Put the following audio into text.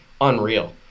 unreal